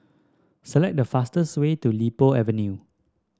select the fastest way to Li Po Avenue